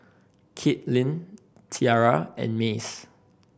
Kaitlin Tiara and Mace